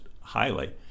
highly